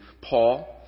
Paul